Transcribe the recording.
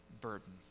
burden